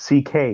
CK